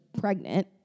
pregnant